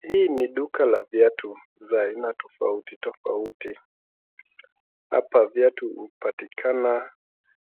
Hii ni duka la viatu za aina tofauti tofauti. Hapa viatu hupatikana,